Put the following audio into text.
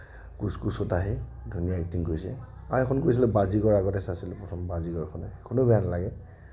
কুছ কুছ হ'তা হেই ধুনীয়া এক্টিং কৰিছে আৰু এখন কৰিছিলে বাজীগৰ আগতে চাইছিলোঁ প্ৰথম বাজীগৰখন সেইখনো বেয়া নালাগে